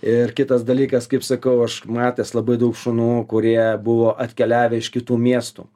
ir kitas dalykas kaip sakau aš matęs labai daug šunų kurie buvo atkeliavę iš kitų miestų